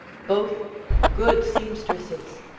both good seamstresses.